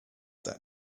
that